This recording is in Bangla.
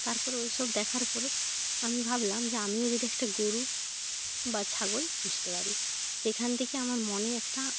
তারপরে ওইসব দেখার পরও আমি ভাবলাম যে আমিও যদি একটা গরু বা ছাগল পুষতে পারি সেখান থেকে আমার মনে একটা